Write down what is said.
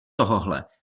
tohohle